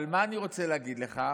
אבל מה אני רוצה להגיד לך?